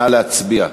נא להצביע.